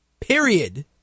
Period